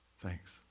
Thanks